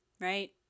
Right